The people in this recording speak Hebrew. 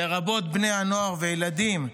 לרבות בני הנוער והילדים,